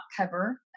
cover